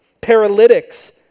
paralytics